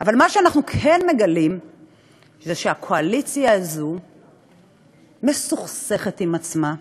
אבל מה שאנחנו כן מגלים זה שהקואליציה הזאת מסוכסכת עם עצמה,